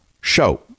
show